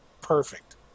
Perfect